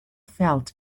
felt